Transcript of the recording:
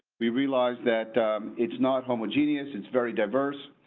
we realize that it's not homogeneous. it's very diverse.